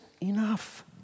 enough